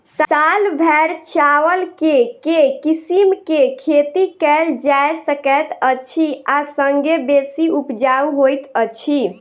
साल भैर चावल केँ के किसिम केँ खेती कैल जाय सकैत अछि आ संगे बेसी उपजाउ होइत अछि?